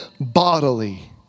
bodily